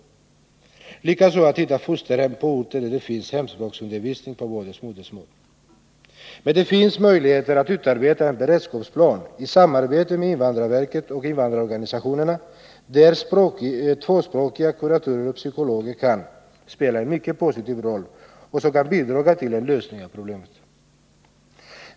Likaså kan det vara svårt att hitta fosterhem på orter med hemspråksundervisning. Det finns dock möjligheter att i samarbete med invandrarverket och invandrarorganisationerna utarbeta en beredskapsplan. Tvåspråkiga kuratorer och psykologer kan i det sammanhanget spela en mycket positiv roll och således bidraga till en lösning av problemet.